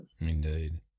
Indeed